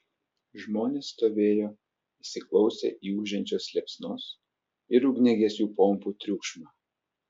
žmonės stovėjo įsiklausę į ūžiančios liepsnos ir ugniagesių pompų triukšmą